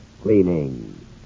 cleaning